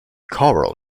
coral